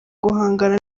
guhangana